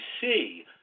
see